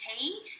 tea